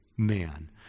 man